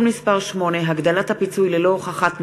מס' 8) (הגדלת הפיצוי ללא הוכחת נזק),